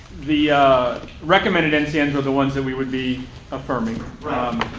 the recommended ncns are the ones that we would be affirming.